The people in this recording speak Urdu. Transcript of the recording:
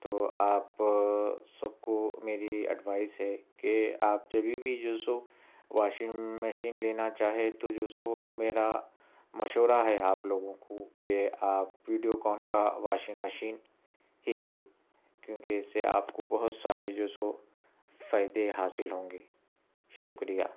تو آپ سب کو میری ایڈوائس ہے کہ آپ جبھی بھی جو سو واشنگ مشین لینا چاہے تو جو سو میرا مشورہ ہے آپ لوگوں کو کہ آپ ویڈیوکان کا واشنگ مشین ہی لے کیوں کہ اس سے آپ کو بہت سارے جو سو فائدے حاصل ہوں گے شکریہ